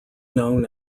known